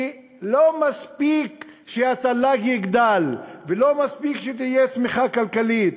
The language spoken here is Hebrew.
כי לא מספיק שהתל"ג יגדל ולא מספיק שתהיה צמיחה כלכלית,